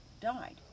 died